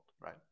right